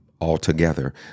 altogether